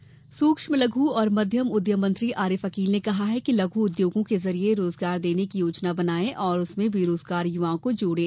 आरिफ अकील सुक्ष्म लघ् एवं मध्यम उद्यम मंत्री आरिफ अकील ने कहा है कि लघ् उद्योगों के जरिये रोजगार देने की योजना बनायें और उसमें बेरोजगार युवकों को जोड़े